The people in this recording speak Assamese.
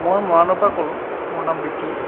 মই মৰাণৰ পৰা ক'লো মোৰ নাম বিকি